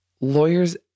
lawyers